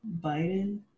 Biden